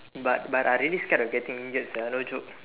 but but I really scared of getting injured sia no joke